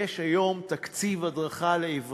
והיום יש תקציב הדרכה לעיוורים.